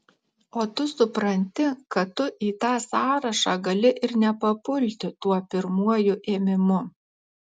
o tu supranti kad tu į tą sąrašą gali ir nepapulti tuo pirmuoju ėmimu